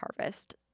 harvest